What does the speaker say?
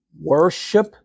Worship